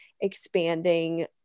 expanding